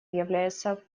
является